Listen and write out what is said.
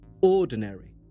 ordinary